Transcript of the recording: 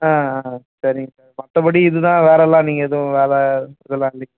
ஆ ஆ ஆ சரிங்க சார் மற்றபடி இது தான் வேறு எல்லாம் நீங்கள் எதுவும் வேலை இதெலாம் இல்லிங்க